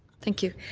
thank you.